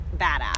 badass